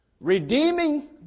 Redeeming